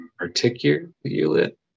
Articulate